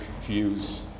views